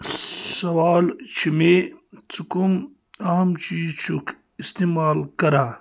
سَوال چھُ مےٚ ژٕ کُم اَہم چیٖز چھُکھ اِستعمال کَران